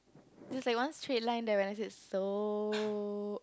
it's like one straight line there when I said so